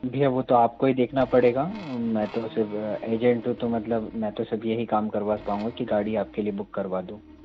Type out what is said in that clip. भैया वो तो आपको ही देखना पड़ेगा मैं तो सिर्फ़ ऐजेंट हूँ तो मतलब मैं तो सिर्फ़ यही काम करवा पाऊँगा कि गाड़ी आपके लिए बुक करवा दूँ